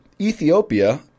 Ethiopia